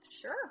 Sure